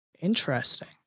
Interesting